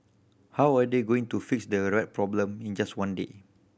how are they going to fix the rat problem in just one day